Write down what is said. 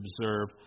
observe